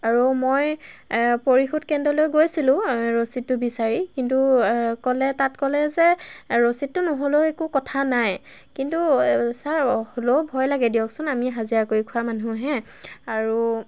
আৰু মই পৰিশোধ কেন্দ্ৰলৈ গৈছিলোঁ ৰচিদটো বিচাৰি কিন্তু ক'লে তাত ক'লে যে ৰচিদটো নহ'লেও একো কথা নাই কিন্তু ছাৰ হ'লেও ভয় লাগে দিয়কচোন আমি হাজিৰা কৰি খোৱা মানুহহে আৰু